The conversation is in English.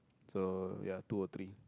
so ya two or three